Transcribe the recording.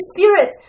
Spirit